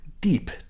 Deep